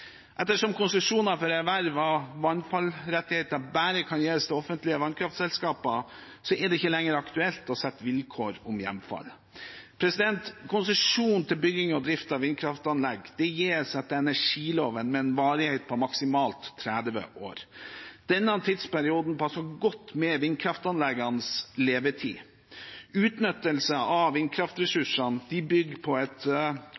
Ettersom konsesjoner for erverv av vannfallsrettigheter bare kan gis til offentlige vannkraftselskaper, er det ikke lenger aktuelt å sette vilkår om hjemfall. Konsesjon til bygging og drift av vindkraftanlegg gis etter energiloven med en varighet på maksimalt 30 år. Denne tidsperioden passer godt med vindkraftanleggenes levetid. Utnyttelse av vindkraftressursene bygger på et